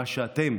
מה שאתם,